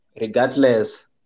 regardless